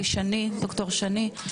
לדוקטור שני.